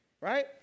right